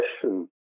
question